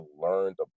learned